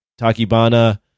Takibana